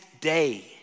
day